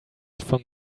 from